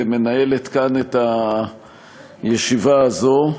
מנהלת כאן את הישיבה הזאת.